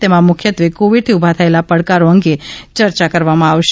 તેમાં મુખ્યત્વે કોવિડથી ઉભા થયેલા પડકારો અંગે ચર્ચા કરવામાં આવશે